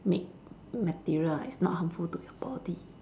made material it's not harmful to your body